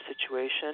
situation